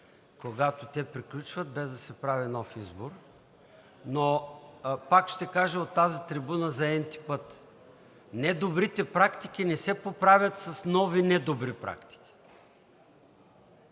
когато те приключват, без да се прави нов избор, но пак ще кажа от тази трибуна за n-ти път – недобрите практики не се поправят с нови недобри практики.